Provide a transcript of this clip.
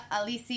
Alicia